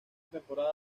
temporada